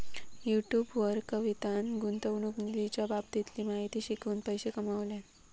YouTube वर कवितान गुंतवणूक निधीच्या बाबतीतली माहिती शिकवून पैशे कमावल्यान